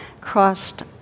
crossed